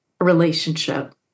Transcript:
relationship